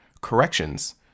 corrections